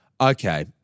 okay